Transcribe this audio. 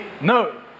No